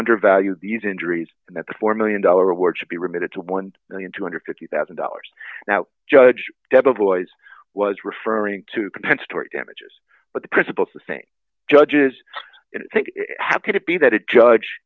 undervalued these injuries and that the four million dollars reward should be remitted to one million two hundred and fifty thousand dollars now judge deborah voigt was referring to compensatory damages but the principle is the same judges how could it be that a judge